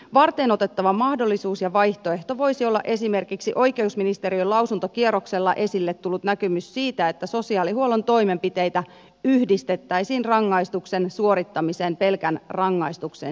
varteenotettava mahdollisuus ja vaihtoehto voisi olla esimerkiksi oikeusministeriön lausuntokierroksella esille tullut näkemys siitä että sosiaalihuollon toimenpiteitä yhdistettäisiin rangaistuksen suorittamiseen pelkän rangaistuksen sijaan